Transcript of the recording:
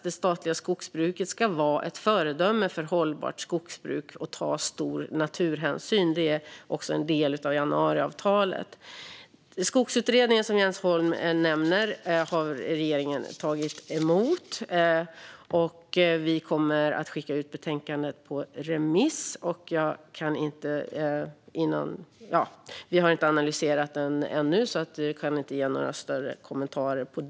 Det statliga skogsbruket ska vara ett föredöme för hållbart skogsbruk och ta stor naturhänsyn. Det är också en del av januariavtalet. Den skogsutredning Jens Holm nämner har regeringen tagit emot, och vi kommer att skicka ut betänkandet på remiss. Vi har inte analyserat den ännu, så jag kan inte kommentera den.